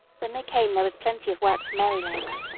when they came there was plenty of work for merrylegs,